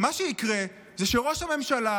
מה שיקרה זה שראש הממשלה,